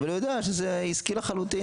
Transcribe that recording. אבל הוא יודע שזה עסקי לחלוטין.